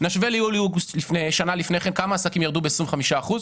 נשווה ליולי-אוגוסט שנה לפני כן ונבדוק כמה עסקים ירדו ב-25 אחוזים,